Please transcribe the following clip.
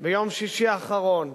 ביום שישי האחרון,